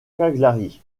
cagliari